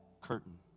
curtain